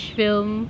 film